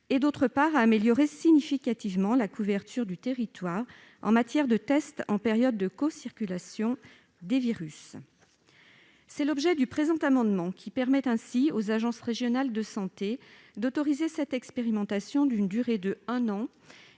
et, d'autre part, à améliorer significativement la couverture du territoire en matière de tests en période de cocirculation des virus. C'est l'objet du présent amendement que de permettre aux agences régionales de santé (ARS) d'autoriser cette expérimentation d'une durée d'un an